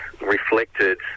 reflected